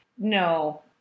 no